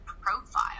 profile